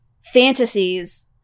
fantasies